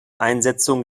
einsetzung